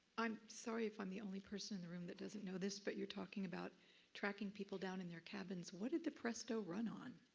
i'm sorry if i'm the only person in the room that doesn't know this, but you're talking about tracking people down in their cabins, what did the presto run on?